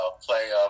play